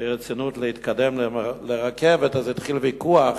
ברצינות להתקדם לרכבת, אז התחיל ויכוח